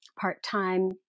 part-time